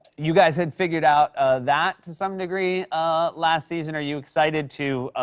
you guys had figured out that to some degree ah last season. are you excited to,